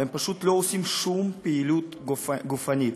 ופשוט לא עושים שום פעילות גופנית.